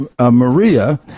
Maria